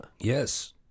Yes